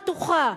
בטוחה,